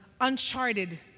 uncharted